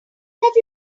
have